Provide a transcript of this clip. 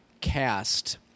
Cast